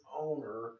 owner